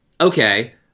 okay